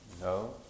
No